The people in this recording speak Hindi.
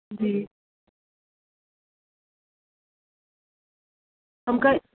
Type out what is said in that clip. जी हमका